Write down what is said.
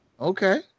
Okay